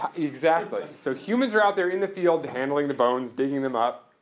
exactly. so, humans were out there in the field, handling the bones, digging them up.